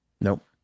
Nope